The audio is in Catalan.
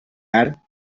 art